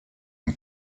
une